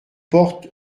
porte